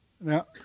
Now